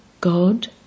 God